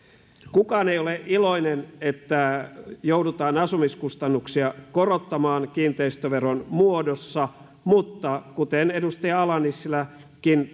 kukaan ei ole iloinen että joudutaan asumiskustannuksia korottamaan kiinteistöveron muodossa mutta kuten edustaja ala nissiläkin